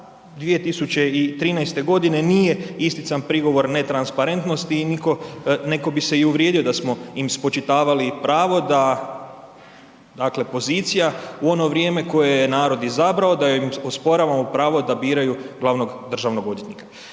2013. g. nije istican prigovor netransparentnosti i neko bi se i uvrijedio da smo im spočitavali pravo da dakle pozicija u ono vrijeme koje je narod izabrao, da im osporavamo pravo da biraju glavnog državnog odvjetnika.